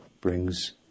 brings